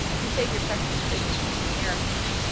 to save your precious dignity from miracles,